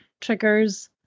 triggers